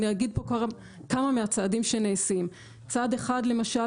אני אגיד פה כמה מהצעדים שנעשים: צעד אחד למשל,